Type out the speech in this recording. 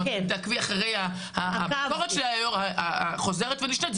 אם את תעקבי אחרי הביקורת החוזרת ונשנית שלי,